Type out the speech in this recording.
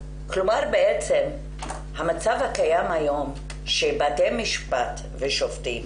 כלומר, המצב הקיים היום שבתי משפט ושופטים